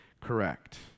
correct